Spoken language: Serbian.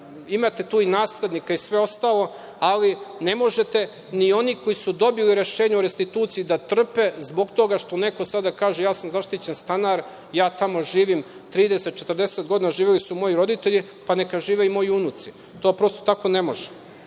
imate tu i naslednika i sve ostalo, ali ne možete ni oni koji su dobili rešenje o restituciji da trpe zbog toga što neko sada kaže – ja sam zaštićen stanar, ja tamo živim 30-40 godina, živeli su moji roditelji, pa neka žive i moji unuci. To prosto tako ne može. Ono